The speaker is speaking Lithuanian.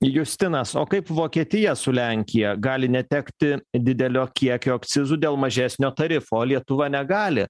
justinas o kaip vokietija su lenkija gali netekti didelio kiekio akcizų dėl mažesnio tarifo o lietuva negali